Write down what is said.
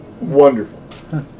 Wonderful